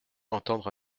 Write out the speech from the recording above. entendre